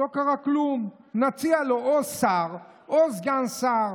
לא קרה כלום, נציע לו או שר או סגן שר,